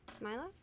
Mila